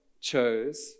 chose